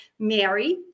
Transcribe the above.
Mary